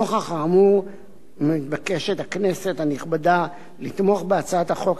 נוכח האמור מתבקשת הכנסת הנכבדה לתמוך בהצעת החוק